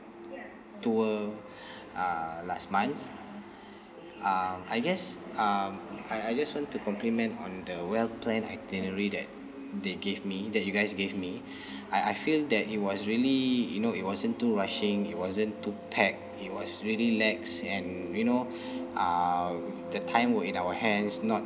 tour uh last month uh I guess um I I just want to compliment on the well planned itinerary that they gave me that you guys gave me I I feel that it was really you know it wasn't too rushing it wasn't too packed it was really lax and you know uh the time were in our hands not